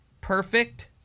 perfect